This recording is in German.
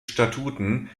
statuen